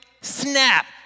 Snap